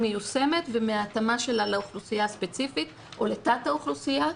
מיושמת ומההתאמה שלה לאוכלוסייה הספציפית או לתת האוכלוסייה,